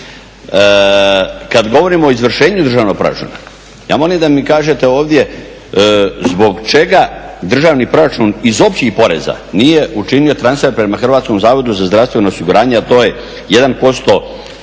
Kada govorimo o izvršenju državnog proračuna, ja molim da mi kažete ovdje zbog čega državni proračun iz općih poreza nije učinio transfer prema HZZO-u, a to je 1%